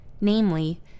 Namely